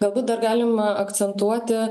galbūt dar galima akcentuoti